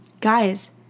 guys